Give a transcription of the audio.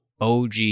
OG